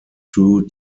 two